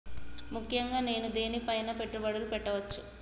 ముఖ్యంగా నేను దేని పైనా పెట్టుబడులు పెట్టవచ్చు?